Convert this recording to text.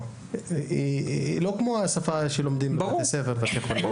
היא לא כמו השפה שלומדים בבתי הספר התיכוניים.